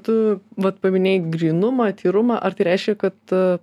tu vat paminėjai grynumą tyrumą ar tai reiškia kad